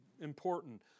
important